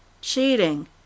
cheating